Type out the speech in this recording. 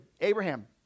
Abraham